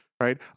right